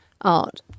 art